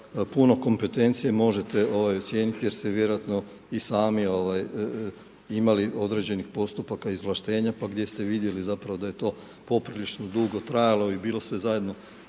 puno kompetencije možete ocijeniti jer ste vjerojatno i sami imali određenih postupaka izvlaštenja, pa gdje ste vidjeli zapravo da je to poprilično dugo trajalo i bilo sve zajedno